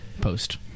post